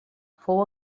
fou